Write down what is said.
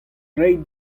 reiñ